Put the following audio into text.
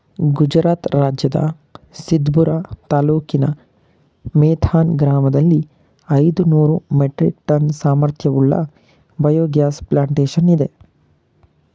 ಗುಜರಾತ್ ರಾಜ್ಯದ ಸಿದ್ಪುರ ತಾಲೂಕಿನ ಮೇಥಾನ್ ಗ್ರಾಮದಲ್ಲಿ ಐದುನೂರು ಮೆಟ್ರಿಕ್ ಟನ್ ಸಾಮರ್ಥ್ಯವುಳ್ಳ ಬಯೋಗ್ಯಾಸ್ ಪ್ಲಾಂಟೇಶನ್ ಇದೆ